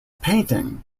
painting